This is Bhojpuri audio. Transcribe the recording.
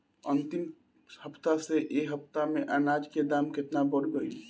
अंतिम हफ्ता से ए हफ्ता मे अनाज के दाम केतना बढ़ गएल?